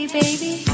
baby